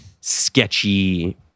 sketchy